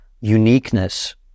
uniqueness